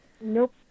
Nope